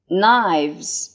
knives